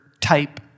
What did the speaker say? type